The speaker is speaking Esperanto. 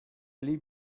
pli